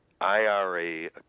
IRA